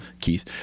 Keith